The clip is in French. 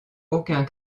aucun